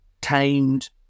tamed